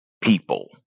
people